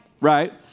Right